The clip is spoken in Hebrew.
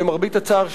למרבה הצער,